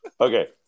Okay